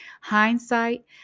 Hindsight